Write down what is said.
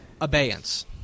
Abeyance